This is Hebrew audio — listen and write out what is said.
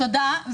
תודה.